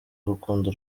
urukundo